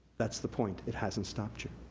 that's the point, it hasn't stopped you.